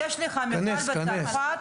כנס, כנס.